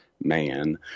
man